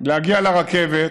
להגיע לרכבת,